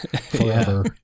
forever